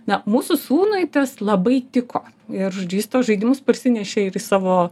na mūsų sūnui tas labai tiko ir žodžiu jis tuos žaidimus parsinešė ir į savo